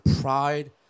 pride